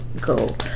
go